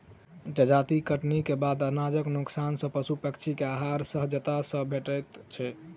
जजाति कटनीक बाद अनाजक नोकसान सॅ पशु पक्षी के आहार सहजता सॅ भेटैत छै